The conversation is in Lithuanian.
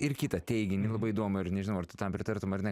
ir kitą teiginį labai įdomų ir nežinau ar tu tam pritartum ar ne